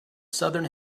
southern